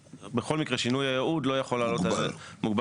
בכל מקרה שינוי הייעוד לא יכול לעלות על 1,200. מוגבל.